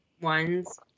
ones